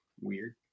weird